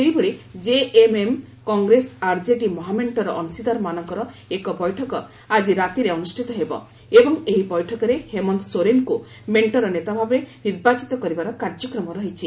ସେହିଭଳି JMM Congress RJD ମହାମେଣ୍ଟର ଅଂଶିଦାରମାନଙ୍କର ଏକ ବୈଠକ ଆଜି ରାତିରେ ଅନୁଷ୍ଠିତ ହେବ ଏବଂ ଏହି ବୈଠକରେ ହେମନ୍ତ ସୋରେନଙ୍କୁ ମେଷ୍ଟର ନେତାଭାବେ ନିର୍ବାଚିତ କରିବାର କାର୍ଯ୍ୟକ୍ରମ ରହିଛି